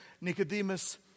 Nicodemus